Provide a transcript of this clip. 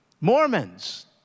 Mormons